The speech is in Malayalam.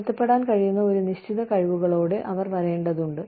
പൊരുത്തപ്പെടുത്താൻ കഴിയുന്ന ഒരു നിശ്ചിത കഴിവുകളോടെ അവർ വരേണ്ടതുണ്ട്